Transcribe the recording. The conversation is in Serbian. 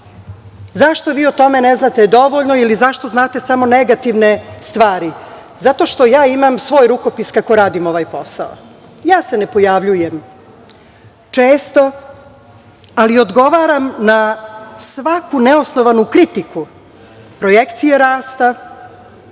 cene.Zašto vi o tome ne znate dovoljno ili zašto znate samo negativne stvari? Zato što ja imam svoj rukopis kako radim ovaj posao. Ja se ne pojavljujem često, ali odgovaram na svaku neosnovanu kritiku. Projekcije rasta,